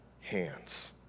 hands